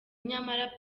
nyamara